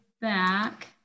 back